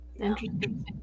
Interesting